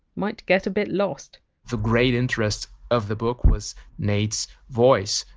might get a bit lost the great interest of the book was nate's voice,